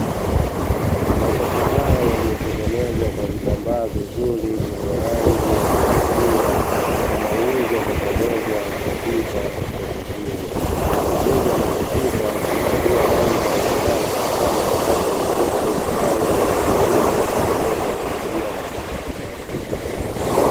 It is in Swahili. Masofa haya yaliyotengenezwa kwa vitambaa vizuri vyenye rangi ya kuvutia yanauzwa kwa pamoja katika soko hili, mteja anapofika kuchagua rangi anayotaka kama anataka nyeupe au rangi zingine kuweza kulipia na kuondoka nazo.